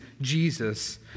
Jesus